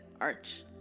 arch